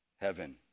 heaven